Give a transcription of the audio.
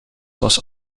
was